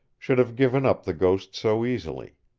should have given up the ghost so easily.